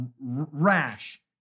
rash